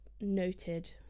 noted